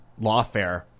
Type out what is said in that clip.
lawfare